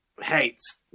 hates